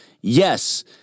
Yes